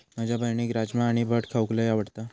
माझ्या बहिणीक राजमा आणि भट खाऊक लय आवडता